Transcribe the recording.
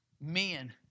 men